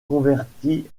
convertie